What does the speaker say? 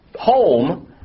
home